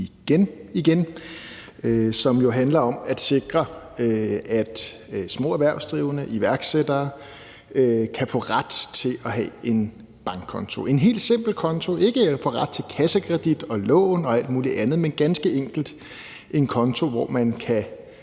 igen, som handler om at sikre, at små erhvervsdrivende og iværksættere kan få ret til at have en bankkonto, en helt simpel konto, altså ikke få ret til kassekredit og lån og alt muligt andet, men ganske enkelt en konto, hvor man kan